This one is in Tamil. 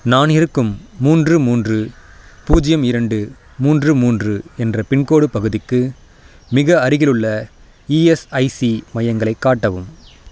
நான் இருக்கும் மூன்று மூன்று பூஜ்ஜியம் இரண்டு மூன்று மூன்று என்ற பின்கோடு பகுதிக்கு மிக அருகிலுள்ள இஎஸ்ஐசி மையங்களைக் காட்டவும்